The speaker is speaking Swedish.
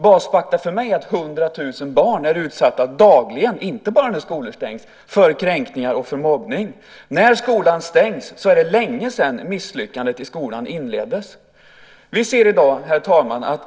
Basfakta för mig är att 100 000 barn dagligen är utsatta, inte bara när skolor stängs, för kränkningar och för mobbning. När skolan stängs är det länge sedan misslyckandet i skolan inleddes. Vi ser i dag att